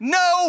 no